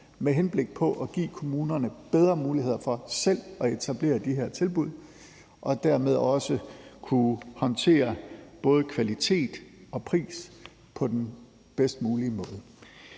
med henblik på at give kommunerne bedre muligheder for selv at etablere de her tilbud og dermed også kunne håndtere både kvaliteten og prisen på den bedst mulige måde.